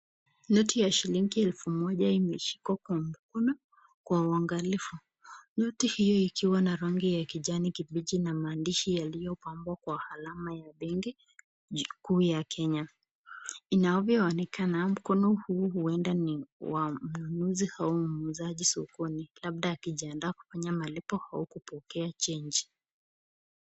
Noti ya shilingi elfu moja imeshikwa kwa mkono kwa uwangalifu. Noti hiyo ikiwa na rangi ya kijani kibichi na maandishi yaliyopambwa kwa alama ya benki kuu ya kenya. Inavyoonekana mkono huu huenda ni wa mnunuzi au muuzaji sokoni labda akijiandaa kufanya malipo au kupokea change .